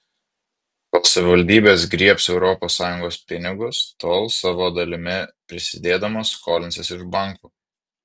kol savivaldybės griebs europos sąjungos pinigus tol savo dalimi prisidėdamos skolinsis iš bankų